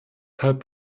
halb